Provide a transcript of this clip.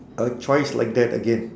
a choice like that again